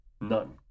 None